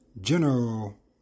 general